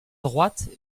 droite